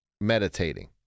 meditating